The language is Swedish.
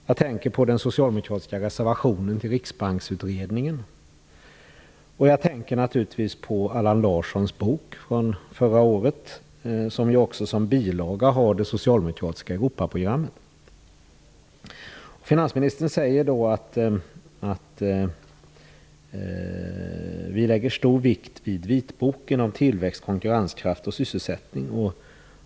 Jag tänker på den socialdemokratiska reservationen till Riksbanksutredningen, och jag tänker naturligtvis på Allan Larssons bok från förra året, som ju också som bilaga har det socialdemokratiska Finansministern säger att man lägger stor vikt vid Vitboken om tillväxt, konkurrenskraft och sysselsättning.